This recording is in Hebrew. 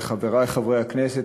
לחברי חברי הכנסת.